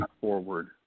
forward